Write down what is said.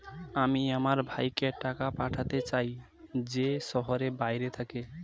আমি আমার ভাইকে টাকা পাঠাতে চাই যে শহরের বাইরে থাকে